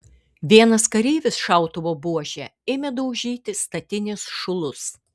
vienas kareivis šautuvo buože ėmė daužyti statinės šulus